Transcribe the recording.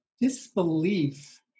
disbelief